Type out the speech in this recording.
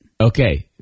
Okay